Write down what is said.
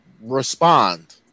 respond